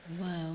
Wow